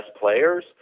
players